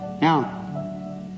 Now